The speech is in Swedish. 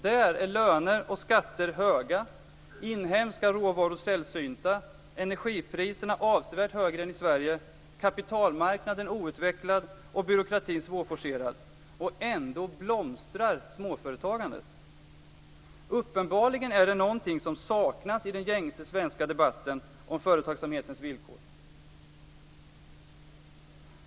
Där är löner och skatter höga, inhemska råvaror sällsynta, energipriserna avsevärt högre än i Sverige, kapitalmarknaden outvecklad och byråkratin svårforcerad. Ändå blomstrar småföretagandet! Uppenbarligen är det någonting som saknas i den gängse svenska debatten om företagsamhetens villkor.